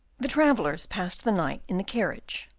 the travellers passed the night in the carriage.